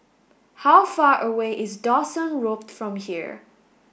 how far away is Dawson Road from here